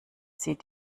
sie